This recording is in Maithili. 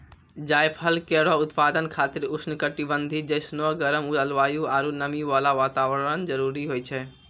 जायफल केरो उत्पादन खातिर उष्ण कटिबंधीय जैसनो गरम जलवायु आरु नमी वाला वातावरण जरूरी होय छै